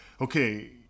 okay